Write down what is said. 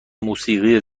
موسیقی